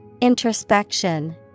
Introspection